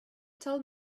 told